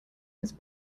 his